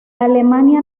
alemania